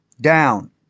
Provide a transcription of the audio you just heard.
down